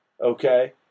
okay